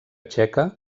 txeca